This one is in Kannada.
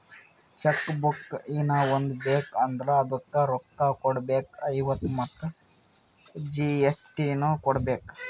ಚೆಕ್ ಬುಕ್ ಹೀನಾ ಒಂದ್ ಬೇಕ್ ಅಂದುರ್ ಅದುಕ್ಕ ರೋಕ್ಕ ಕೊಡ್ಬೇಕ್ ಐವತ್ತ ಮತ್ ಜಿ.ಎಸ್.ಟಿ ನು ಕೊಡ್ಬೇಕ್